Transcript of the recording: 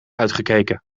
uitgekeken